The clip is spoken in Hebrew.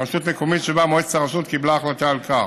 ברשות מקומית שבה מועצת הרשות קיבלה החלטה על כך.